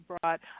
brought